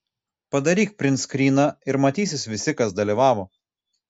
padaryk printskryną ir matysis visi kas dalyvavo